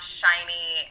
shiny